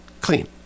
clean